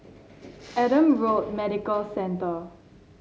Adam Road Medical Centre